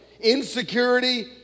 insecurity